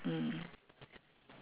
hmm